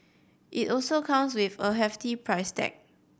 it also comes with a hefty price tag